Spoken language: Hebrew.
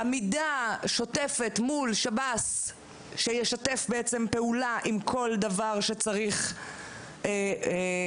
עמידה שוטפת מול שב"ס שישתף פעולה עם כל דבר שצריך וכו'.